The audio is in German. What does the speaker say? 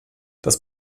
das